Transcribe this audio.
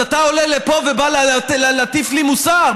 אז אתה עולה לפה ובא להטיף לי מוסר?